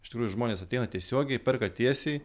iš tikrųjų žmonės ateina tiesiogiai perka tiesiai